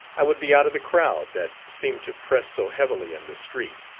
i would be out of the crowd that seemed to press so heavily in the street.